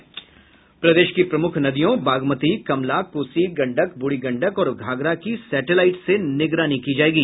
प्रदेश की प्रमुख नदियों बागमती कमला कोसी गंडक बूढ़ी गंडक और घाघरा की सेटेलाईट से निगरानी की जायेगी